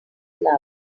love